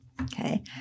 Okay